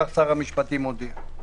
כך שר המשפטים הודיע.